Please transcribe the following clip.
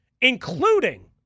including